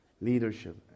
leadership